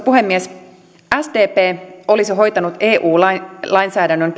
puhemies sdp olisi hoitanut eu lainsäädännön